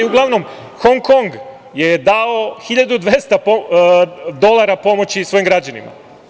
Uglavnom, Hong Kong je dao hiljadu 200 dolara pomoći svojim građanima.